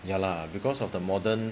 ya lah because of the modern